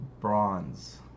bronze